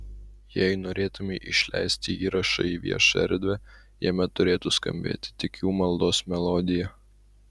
jei norėtumei išleisti įrašą į viešą erdvę jame turėtų skambėti tik jų maldos melodija